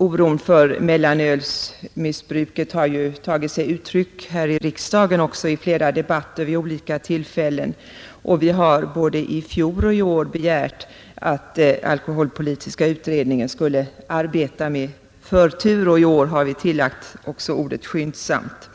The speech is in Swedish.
Oron för mellanölsmissbruket har ju tagit sig uttryck här i riksdagen också i flera debatter vid olika tillfällen, och vi har både i fjol och i år begärt att alkoholpolitiska utredningen skulle arbeta med förtur — i år har vi tillagt också ordet skyndsamt.